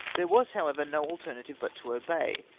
there was, however, no alternative but to obey,